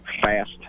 fast